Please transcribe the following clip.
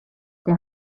der